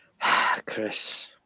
Chris